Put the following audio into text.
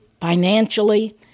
financially